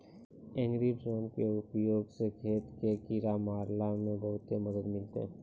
agri drone के उपयोग स खेत कॅ किड़ा मारे मॅ बहुते मदद मिलतै